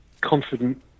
confident